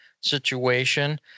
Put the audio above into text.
situation